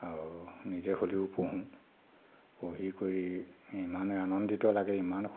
আৰু নিজে হ'লেও পঢ়োঁ পঢ়ি কৰি ইমানেই আনন্দিত লাগে ইমান সুখ